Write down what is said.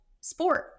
sport